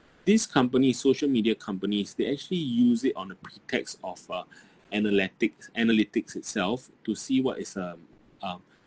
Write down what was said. these companies social media companies they actually use it on the pretext of uh analytics analytics itself to see what is um um